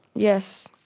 yes.